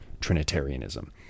Trinitarianism